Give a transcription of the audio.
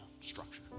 structure